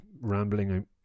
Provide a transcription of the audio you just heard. rambling